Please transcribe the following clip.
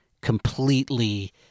completely